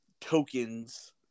tokens